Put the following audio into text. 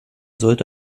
sollte